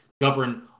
govern